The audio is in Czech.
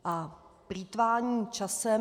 A plýtvání časem?